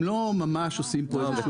הם לא ממש עושים פה משהו.